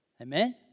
Amen